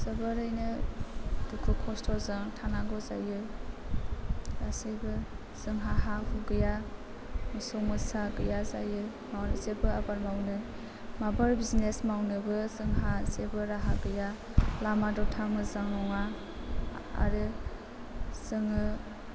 जोबोरैनो दुखु खस्त'जों थानांगौ जायो गासैबो जोंहा हा हु गैया मोसौ मोसा गैया जायो न'आव जेबो आबाद मावनो माबाफोर बिजिनेस मावनोबो जोंहा जेबो राहा गैया लामा दथा मोजां नङा आरो जोङो